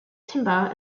timber